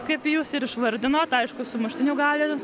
kaip jūs ir išvardinot aišku sumuštinių gali